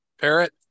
Parrot